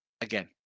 Again